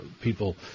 people